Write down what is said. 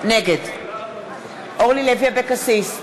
נגד אורלי לוי אבקסיס,